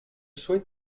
souhaite